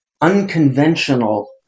unconventional